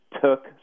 took